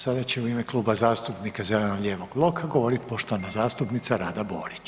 Sada će u ime Kluba zastupnika Zeleno lijevog bloka govoriti poštovana zastupnica Rada Borić.